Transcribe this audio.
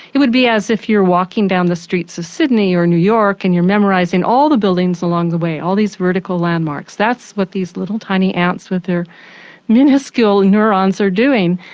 it would be as if you're walking down the streets of sydney or new york and you're memorising all the buildings along the way, all these vertical landmarks. that's what these little tiny ants with their miniscule neurons are doing.